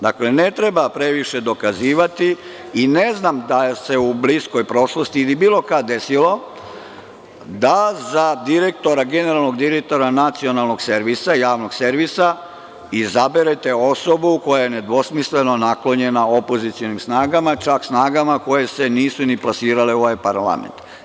Dakle, ne treba previše dokazivati i ne znam da se u bliskoj prošlosti ili bilo kada desilo da za generalnog direktora Nacionalnog javnog servisa izaberete osobu koja je nedvosmisleno naklonjena opozicionim snagama, čak snagama koje se nisu ni plasirale u ovaj parlament.